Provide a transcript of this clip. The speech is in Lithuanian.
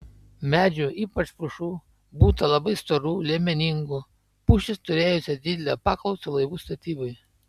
medžių ypač pušų būta labai storų liemeningų pušys turėjusios didelę paklausą laivų statybai